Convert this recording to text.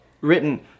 written